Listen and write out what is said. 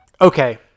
Okay